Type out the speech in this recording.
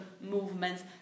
movements